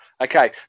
Okay